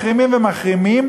מחרימים ומחרימים,